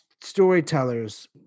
storytellers